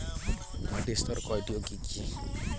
মাটির স্তর কয়টি ও কি কি?